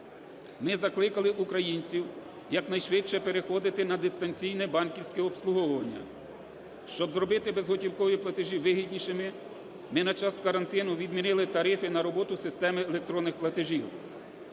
Ми закликали українців якнайшвидше переходити на дистанційне банківське обслуговування. Щоб зробити безготівкові платежі вигіднішими, ми на час карантину відмінили тарифи на роботу системи електронних платежів,